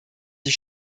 die